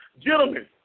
Gentlemen